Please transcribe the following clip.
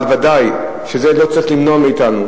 אבל ודאי שזה לא צריך למנוע מאתנו